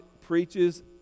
preaches